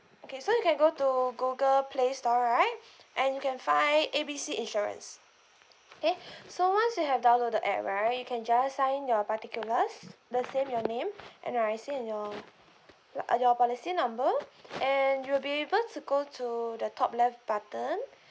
okay so you can go to google playstore right and you can find A B C insurance okay so once you have download the app right you can just sign in your particulars your name N_R_I_C and your uh your policy number and you'll be able to go to the top left button